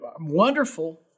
wonderful